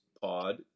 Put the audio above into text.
pod